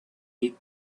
eat